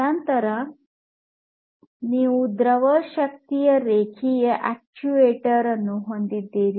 ನಂತರ ನೀವು ದ್ರವ ಶಕ್ತಿ ರೇಖೀಯ ಅಕ್ಚುಯೇಟರ್ಅನ್ನು ಹೊಂದಿದ್ದೀರಿ